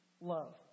love